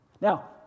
Now